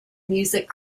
music